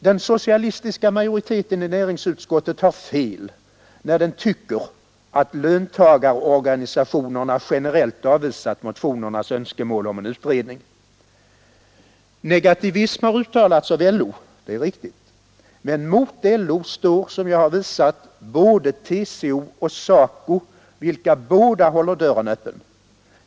Den socialistiska majoriteten i näringsutskottet har fel, när den tycker att löntagarorganisationerna generellt avvisat motionernas önskemål om en utredning. Negativismen har uttalats av LO. Det är riktigt. Men mot LO står, som jag har visat, både TCO och SACO, vilka båda håller dörren öppen.